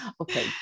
okay